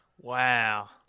wow